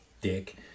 dick